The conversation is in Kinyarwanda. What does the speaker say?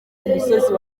umusozi